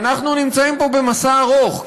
שאנחנו נמצאים פה במסע ארוך,